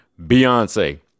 Beyonce